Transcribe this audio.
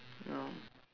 no